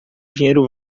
dinheiro